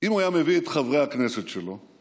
אם הוא היה מביא את חברי הכנסת שלו להצביע,